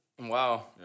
Wow